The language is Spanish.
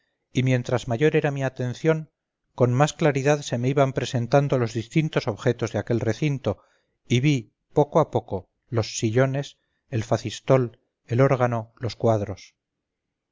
y mientras mayor era mi atención con más claridad se me iban presentando los distintos objetos de aquel recinto y vi poco a poco los sillones el facistol el órgano los cuadros